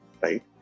right